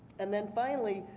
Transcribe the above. and then finally,